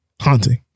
haunting